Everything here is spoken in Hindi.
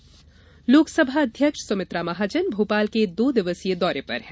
लोकसभाअध्यक्ष लोकसभा अध्यक्ष सुमित्रा महाजन भोपाल के दो दिवसीय दौरे पर है